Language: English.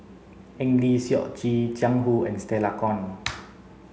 Eng Lee Seok Chee Jiang Hu and Stella Kon